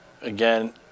again